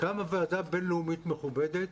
קמה ועדה בינלאומית מכובדת